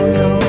no